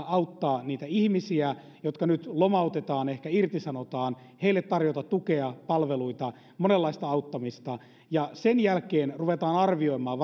auttaa niitä ihmisiä jotka nyt lomautetaan ehkä irtisanotaan heille tarjota tukea palveluita monenlaista auttamista ja sen jälkeen ruvetaan arvioimaan